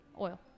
oil